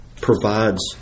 provides